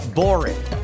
boring